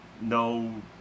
no